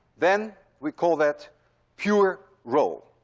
then we call that pure roll.